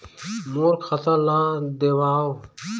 मोर खाता ला देवाव?